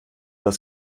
aus